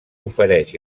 ofereix